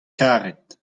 karet